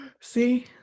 See